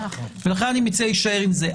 לכן אני מציע להישאר עם זה.